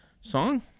Song